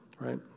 right